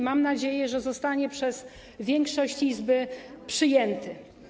Mam nadzieję, że zostanie przez większość Izby przyjęty.